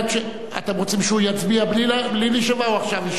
אתם רוצים שהוא יצביע בלי להישבע או עכשיו להישבע?